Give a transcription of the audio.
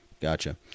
Gotcha